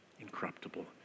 incorruptible